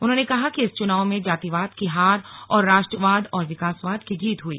उन्होंने कहा कि इस चुनाव में जातिवाद की हार और राष्ट्रवाद और विकासवाद की जीत हुई